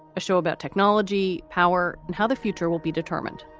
a show about technology power and how the future will be determined.